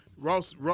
Ross